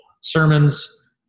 sermons